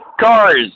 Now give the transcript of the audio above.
cars